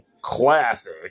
classic